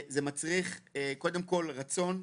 זה מצריך קודם כל רצון,